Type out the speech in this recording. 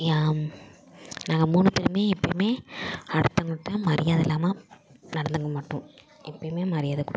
நாங்கள் மூணு பேருமே எப்பேவுமே அடுத்தவர்களுக்கு மரியாதை இல்லாமல் நடந்துக்க மாட்டோம் எப்பயுமே மரியாதை கொடுப்போம்